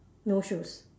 no shoes